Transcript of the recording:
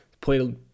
played